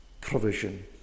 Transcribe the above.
provision